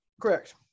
Correct